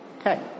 Okay